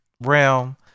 realm